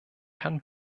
herrn